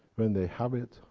when they have it,